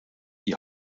die